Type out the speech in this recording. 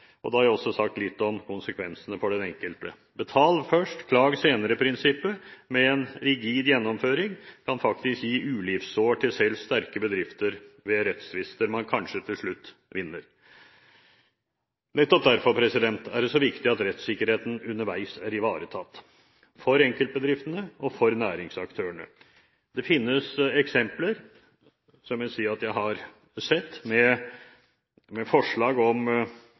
Da har jeg også sagt litt om konsekvensene for den enkelte. «Betal først, klag senere»-prinsippet, med en rigid gjennomføring, kan faktisk gi ulivssår til selv sterke bedrifter ved rettstvister man til slutt vinner. Nettopp derfor er det så viktig at rettssikkerheten underveis er ivaretatt, for enkeltbedriftene og for næringsaktørene. Det finnes eksempler, som jeg har sett dokumentert, med forslag om